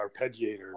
arpeggiator